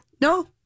no